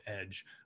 edge